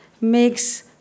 makes